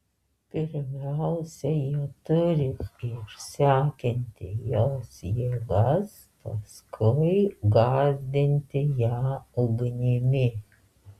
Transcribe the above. pirmiausia jie turi išsekinti jos jėgas paskui gąsdinti ją ugnimi